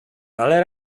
ale